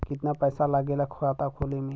कितना पैसा लागेला खाता खोले में?